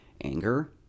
anger